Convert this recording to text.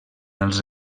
els